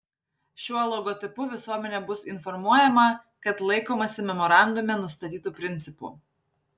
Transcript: šiuo logotipu visuomenė bus informuojama kad laikomasi memorandume nustatytų principų